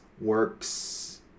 works